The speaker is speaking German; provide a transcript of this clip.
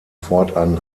fortan